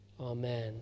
amen